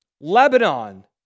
Lebanon